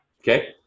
okay